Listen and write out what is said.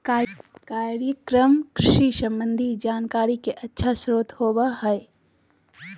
कार्यक्रम कृषि संबंधी जानकारी के अच्छा स्रोत होबय हइ